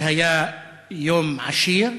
זה היה יום עשיר,